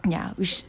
ya which